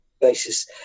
basis